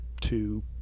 two